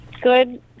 good